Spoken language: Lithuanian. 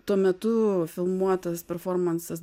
tuo metu filmuotas performansas